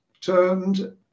turned